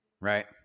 right